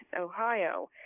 Ohio